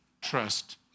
trust